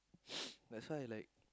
that's why I like